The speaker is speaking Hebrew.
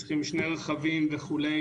צריכים שני רכבים, וכו'.